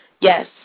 Yes